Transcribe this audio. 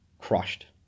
crushed